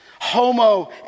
homo